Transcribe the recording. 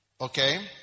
Okay